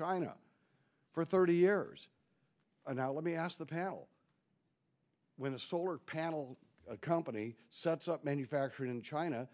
china for thirty years and now let me ask the panel when a solar panel company sets up manufacturing in china